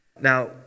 Now